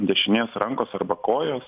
dešinės rankos arba kojos